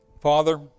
Father